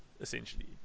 essentially